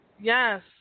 Yes